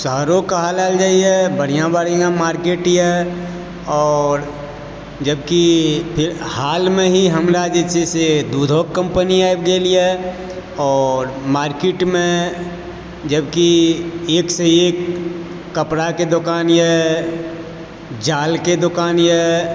सहरो कहल जाइयए बढ़िआँ बढ़िआँ मार्केटए आओर जबकि हालमे ही हमरा जे छै से दूधोके कम्पनी आबि गेलए आओर मार्केटमे जबकि एकसँ एक कपड़ाके दोकानए जालके दोकानए